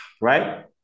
right